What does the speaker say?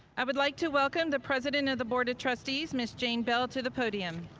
i would like to welcome the president of the board of trustees, ms. jane bell to the podium.